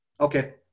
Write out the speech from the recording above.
Okay